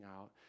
out